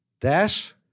Dash